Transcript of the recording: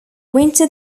winter